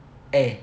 eh